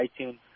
iTunes